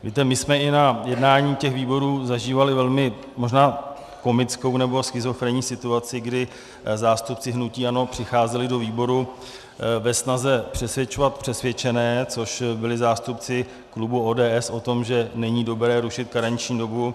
Víte, my jsme i na jednáních těch výborů zažívali velmi možná komickou nebo schizofrenní situaci, kdy zástupci hnutí ANO přicházeli do výboru ve snaze přesvědčovat přesvědčené, což byli zástupci klubu ODS, o tom, že není dobré rušit karenční dobu.